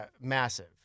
massive